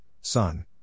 Son